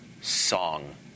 song